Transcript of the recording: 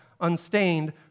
unstained